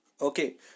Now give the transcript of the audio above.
Okay